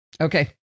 Okay